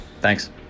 Thanks